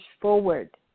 forward